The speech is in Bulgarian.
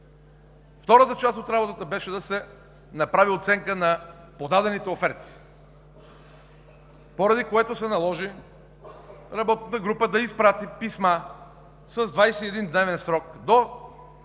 Втората част от работата беше да се направи оценка на подадените оферти, поради което се наложи работната група да изпрати писма с 21-дневен срок до